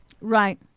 Right